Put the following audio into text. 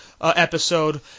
episode